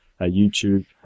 YouTube